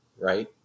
right